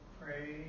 pray